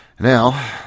Now